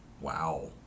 Wow